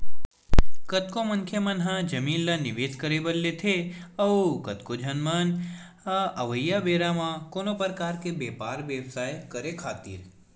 कतको मनखे मन ह जमीन ल निवेस करे बर लेथे अउ कतको झन मन ह अवइया बेरा म कोनो परकार के बेपार बेवसाय करे खातिर